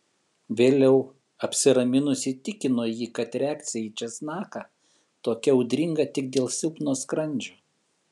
vėliau apsiraminusi įtikino jį kad reakcija į česnaką tokia audringa tik dėl silpno skrandžio